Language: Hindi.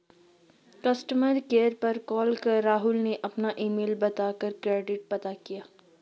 कस्टमर केयर पर कॉल कर राहुल ने अपना ईमेल बता कर क्रेडिट पता किया